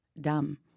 dumb